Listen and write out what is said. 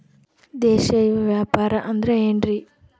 ದೇಶೇಯ ವ್ಯಾಪಾರ ಅಂದ್ರೆ ಏನ್ರಿ?